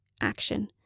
action